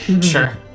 Sure